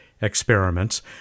experiments